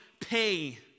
pay